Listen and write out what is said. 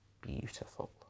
beautiful